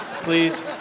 please